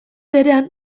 berean